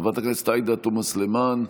חברת הכנסת עאידה תומא סלימאן.